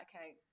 okay